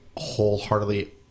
wholeheartedly